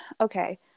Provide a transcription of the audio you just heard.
okay